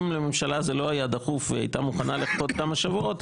אם לממשלה זה לא היה דחוף והיא הייתה מוכנה לחכות כמה שבועות,